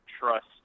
trust